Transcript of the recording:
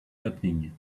happening